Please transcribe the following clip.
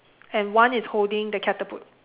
and one is holding the catapult